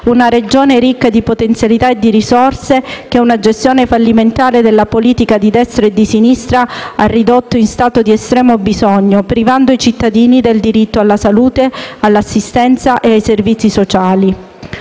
una Regione ricca di potenzialità e di risorse, che una gestione fallimentare della politica, di destra e di sinistra, ha ridotto in stato di estremo bisogno, privando i cittadini del diritto alla salute, all'assistenza e ai servizi sociali.